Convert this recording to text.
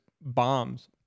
bombs